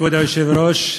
כבוד היושב-ראש,